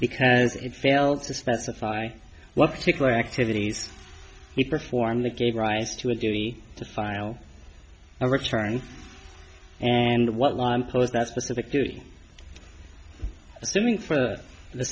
because it failed to specify what particular activities we perform the cave rise to a duty to file a return and what was that specifically assuming for the